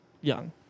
young